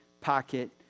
pocket